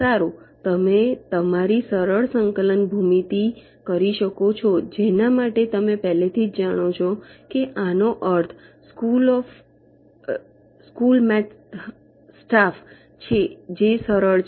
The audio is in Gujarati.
સારું તમે તમારી સરળ સંકલન ભૂમિતિ કરી શકો છો જેના માટે તમે પહેલાથી જ જાણો છો કે આનો અર્થ સ્કૂલ મેથ સ્ટાફ છે જે સરળ છે